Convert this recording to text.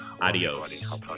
Adios